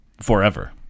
Forever